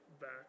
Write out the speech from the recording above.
back